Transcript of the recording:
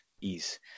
ease